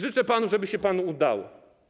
Życzę panu, żeby się panu udało.